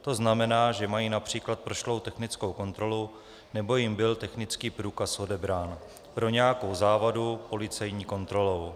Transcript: To znamená, že mají například prošlou technickou kontrolu nebo jim byl technický průkaz odebrán pro nějakou závadu policejní kontrolou.